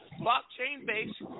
blockchain-based